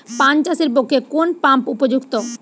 পান চাষের পক্ষে কোন পাম্প উপযুক্ত?